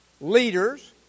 leaders